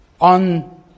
On